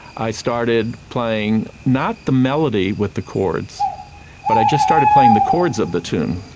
i started playing not the melody with the chords but i just started playing the cords of the tune,